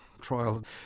trial